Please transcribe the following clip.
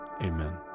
Amen